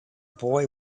boy